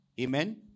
amen